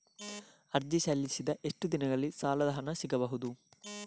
ಅರ್ಜಿ ಸಲ್ಲಿಸಿದ ಎಷ್ಟು ದಿನದಲ್ಲಿ ಸಾಲದ ಹಣ ಸಿಗಬಹುದು?